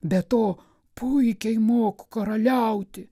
be to puikiai moku karaliauti